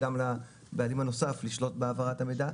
גם לבעלים הנוסף לשלוט בהעברת המידע,